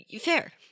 fair